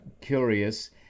curious